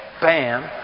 bam